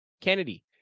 Kennedy